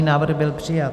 Návrh byl přijat.